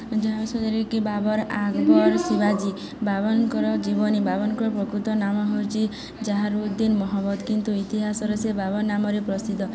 ଯାହା ବିଷୟରେ କିି ବାବର ଆକବର ଶିବାଜୀ ବାବରଙ୍କର ଜୀବନୀ ବାବରଙ୍କର ପ୍ରକୃତ ନାମ ହେଉଛି ଯାହାରୁଦ୍ଦିନ୍ ମହମଦ୍ଦ୍ କିନ୍ତୁ ଇତିହାସରେ ସେ ବାବର ନାମରେ ପ୍ରସିଦ୍ଧ